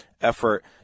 effort